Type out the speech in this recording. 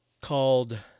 called